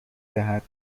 دهد